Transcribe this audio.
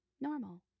normal